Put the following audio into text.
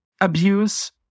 abuse